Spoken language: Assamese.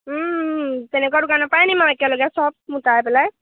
তেনেকুৱা দোকানৰ পৰাই আনিম আৰু একেলগে চব পেলাই